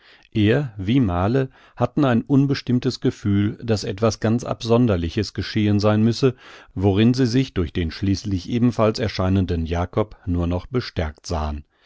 er wie male hatten ein unbestimmtes gefühl daß etwas ganz absonderliches geschehen sein müsse worin sie sich durch den schließlich ebenfalls erscheinenden jakob nur noch bestärkt sahen